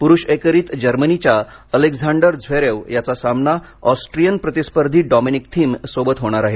पुरुष एकेरीत जर्मनीच्या ऍलेक्झांडरझ्वेरेव याचा सामना ऑस्ट्रीयन प्रतिस्पर्धी डॉमिनिक थिम सोबत आज होणार आहे